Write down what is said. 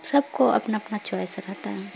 سب کو اپنا اپنا چوائس رہتا ہے